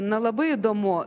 na labai įdomu